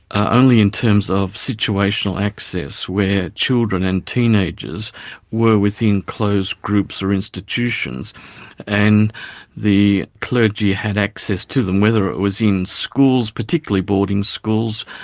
ah only in terms of situational access where children and teenagers were within closed groups or institutions and the clergy had access to them whether it was in schools, particularly boarding schools,